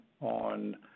on